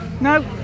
No